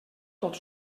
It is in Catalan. tot